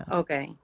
okay